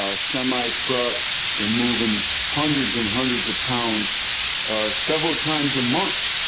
ah semi trucks, and moving hundreds and hundreds of pounds several times a month.